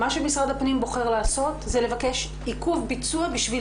מה שמשרד הפנים בוחר לעשות זה לבקש עיכוב ביצוע כדי